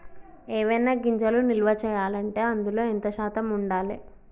ఏవైనా గింజలు నిల్వ చేయాలంటే అందులో ఎంత శాతం ఉండాలి?